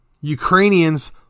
Ukrainians